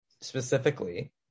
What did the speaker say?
specifically